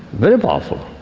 very powerful.